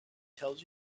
tells